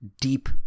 deep